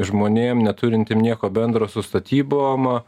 žmonėm neturintiem nieko bendro su statybom